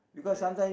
oh ya